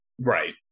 Right